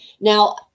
Now